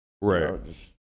right